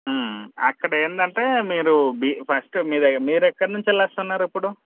అక్కడ ఏంది అంటే మీరు ఫస్ట్ మీరు ఎక్కడ నుంచి వెళ్ళి అలా వస్తున్నారు ఇప్పుడు